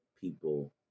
people